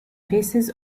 phases